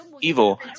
evil